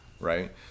right